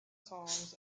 songs